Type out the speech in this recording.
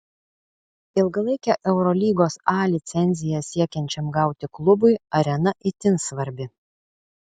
ilgalaikę eurolygos a licenciją siekiančiam gauti klubui arena itin svarbi